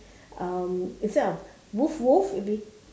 um instead of woof woof it would be